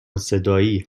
صدایی